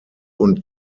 und